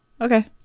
Okay